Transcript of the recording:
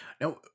Now